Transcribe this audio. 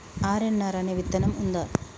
RNR అనే విత్తనం ఉందా?